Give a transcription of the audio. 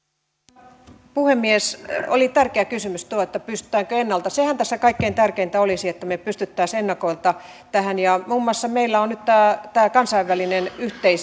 arvoisa puhemies oli tärkeä kysymys tuo pystytäänkö puuttumaan ennalta sehän tässä kaikkein tärkeintä olisi että me pystyisimme ennakolta puuttumaan tähän meillä on nyt muun muassa tämä kansainvälinen